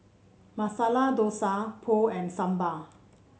Masala Dosa Pho and Sambar